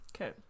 Okay